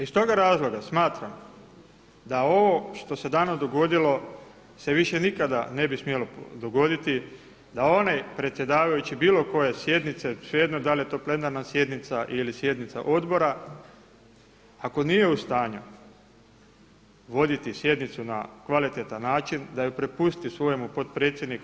Iz toga razloga smatram da ovo što se danas dogodilo se više nikada ne bi smjelo dogoditi da onaj predsjedavajući bilo koje sjednice, svejedno da li je to plenarna sjednica ili sjednica odbora, ako nije u stanju voditi sjednicu na kvalitetan način da ju prepusti svome potpredsjedniku.